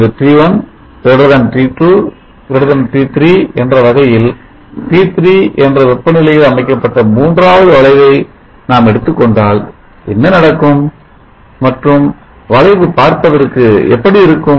இப்பொழுது T1 T2 T3 என்ற வகையில் T3 என்ற வெப்பநிலையில் அமைக்கப்பட்ட மூன்றாவது வளைவை நாம் எடுத்துக் கொண்டால் என்ன நடக்கும் மற்றும் வளைவு பார்ப்பதற்கு எப்படி இருக்கும்